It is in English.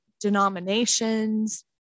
denominations